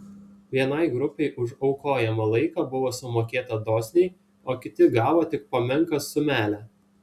vienai grupei už aukojamą laiką buvo sumokėta dosniai o kiti gavo tik po menką sumelę